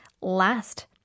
last